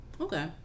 Okay